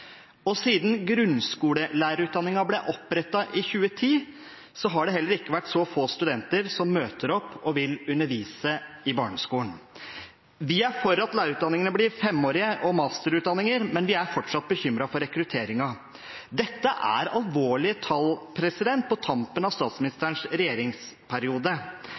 Siden grunnskolelærerutdanningen ble opprettet i 2010, har det heller ikke vært så få studenter som møter opp og vil undervise i barneskolen. Vi er for at lærerutdanningene blir femårige og masterutdanninger, men vi er fortsatt bekymret for rekrutteringen. Dette er alvorlige tall på tampen av statsministerens regjeringsperiode.